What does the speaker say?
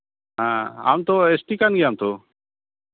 ᱦᱮᱸ ᱟᱢ ᱛᱚ ᱮᱥᱴᱤ ᱠᱟᱱ ᱜᱮᱭᱟᱢ ᱛᱚ